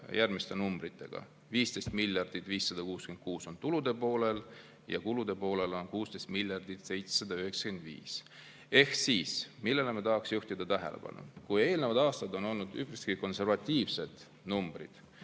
järgmiste numbritega: 15 miljardit 566 [miljonit] on tulude poolel ja kulude poolel on 16 miljardit 795 [miljonit]. Millele ma tahaksin juhtida tähelepanu? Kui eelnevatel aastatel on olnud üpriski konservatiivsed numbrid,